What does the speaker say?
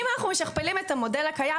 אם אנחנו משכפלים את המודל הקיים,